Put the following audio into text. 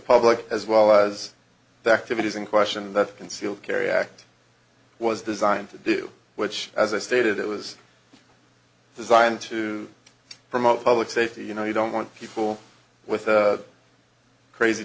public as well as the activities in question that concealed carry act was designed to do which as i stated it was designed to promote public safety you know you don't want people with a crazy